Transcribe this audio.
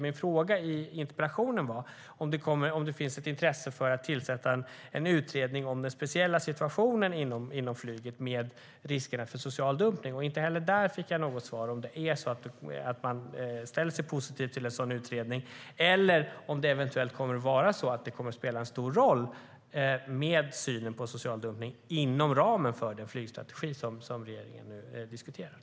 Min fråga i interpellationen var om det finns ett intresse för att tillsätta en utredning om den speciella situationen inom flyget med riskerna för social dumpning. Inte heller där fick jag något svar. Ställer man sig positiv till en sådan utredning? Kommer eventuellt synen på social dumpning att spela en stor roll inom ramen för den flygstrategi som regeringen nu diskuterar?